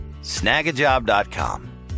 snagajob.com